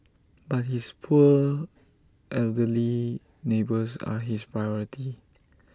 but his poor elderly neighbours are his priority